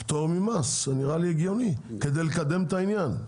פטור ממס, כדי לקדם את העניין.